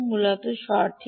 মূলত সঠিক